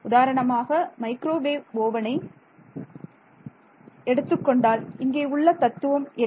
உதாரணமாக மைக்ரோவேவ் ஓவனை எடுத்துக்கொண்டால் இங்கே உள்ள தத்துவம் என்ன